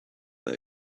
that